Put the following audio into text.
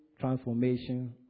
transformation